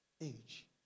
age